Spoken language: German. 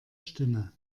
stimme